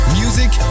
music